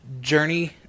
journey